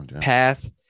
path